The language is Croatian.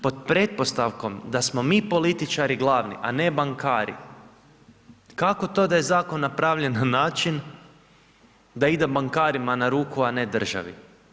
Pod pretpostavkom da smo mi političari glavni a ne bankari kako to da je zakon napravljen na način da ide bankarima na ruku a ne državi?